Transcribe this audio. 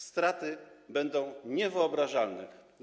Straty będą niewyobrażalne.